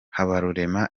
habarurema